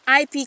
IP